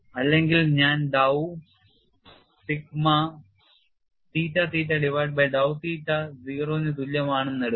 അല്ലെങ്കിൽ ഞാൻ dow Sigma theta theta divided by dow theta 0 ന് തുല്യമാണ് എന്ന് എടുക്കും